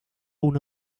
uno